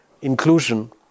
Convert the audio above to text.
inclusion